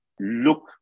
look